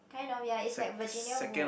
kind of ya it's like Virginia-Woolf